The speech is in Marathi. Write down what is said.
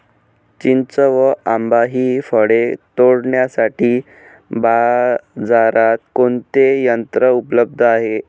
चिंच व आंबा हि फळे तोडण्यासाठी बाजारात कोणते यंत्र उपलब्ध आहे?